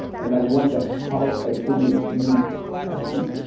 and i wonder how i can make you happy.